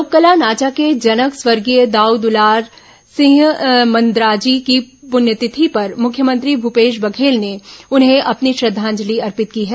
लोककला नाचा के जनक स्वर्गीय दाऊ दुलार सिंह मंदराजी की पुण्यतिथि पर मुख्यमंत्री भूपेश बघेल ने उन्हें अपनी श्रद्वांजलि अर्पित की है